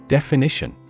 Definition